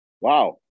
Wow